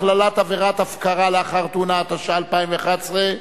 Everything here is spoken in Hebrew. הכללת עבירת הפקרה לאחר תאונה), התשע"א 2011,